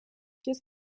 qu’est